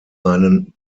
einen